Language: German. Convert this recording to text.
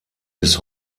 bis